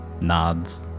nods